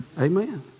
Amen